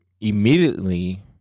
immediately